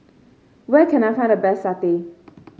where can I find the best satay